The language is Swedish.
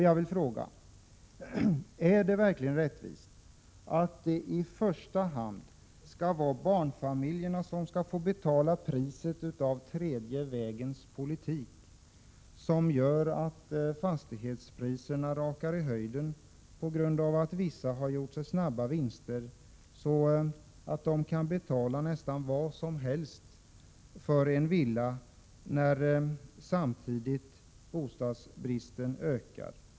Jag vill fråga: Är det verkligen rättvist att det i första hand skall vara barnfamiljerna som får betala den tredje vägens politik, en politik som 25 innebär att fastighetspriserna rakar i höjden på grund av att vissa har gjort sig snabba vinster och därför kan betala nästan vad som helst för en villa, samtidigt som bostadsbristen ökar?